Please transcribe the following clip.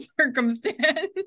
circumstance